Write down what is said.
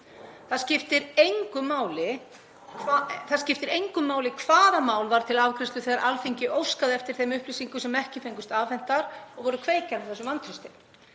Það skiptir engu máli hvaða mál var til afgreiðslu þegar Alþingi óskaði eftir þeim upplýsingum sem ekki fengust afhentar og voru kveikjan að þessu vantrausti.